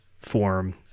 form